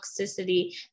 toxicity